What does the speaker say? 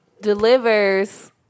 delivers